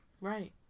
Right